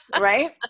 Right